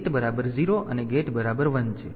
તેથી ગેટ બરાબર 0 અને ગેટ બરાબર 1 છે